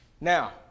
Now